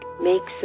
makes